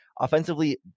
offensively